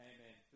Amen